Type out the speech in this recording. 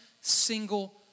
single